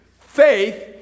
Faith